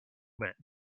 men